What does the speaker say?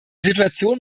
situation